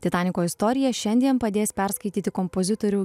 titaniko istoriją šiandien padės perskaityti kompozitorių